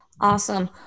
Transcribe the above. awesome